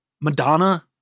Madonna